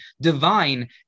divine